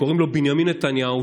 קוראים לו בנימין נתניהו,